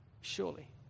Surely